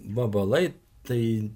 vabalai tai